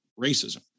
racism